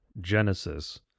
Genesis